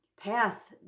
path